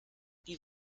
die